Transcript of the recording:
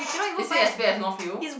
is it as bad as north-hill